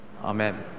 Amen